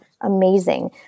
amazing